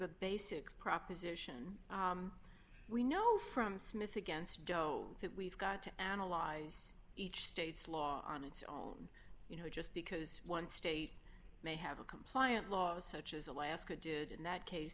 a basic proposition we know from smith against joe that we've got to analyze each state's law on its own you know just because one state may have a compliant laws such as alaska did in that case